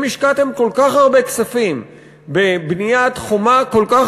אם השקעתם כל כך הרבה כספים בבניית חומה כל כך